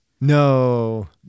No